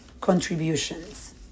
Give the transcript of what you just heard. contributions